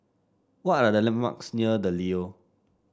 what are the landmarks near The Leo